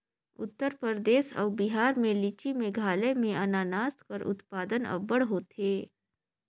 उत्तर परदेस अउ बिहार में लीची, मेघालय में अनानास कर उत्पादन अब्बड़ होथे